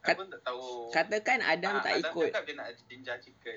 katakan adam tak ikut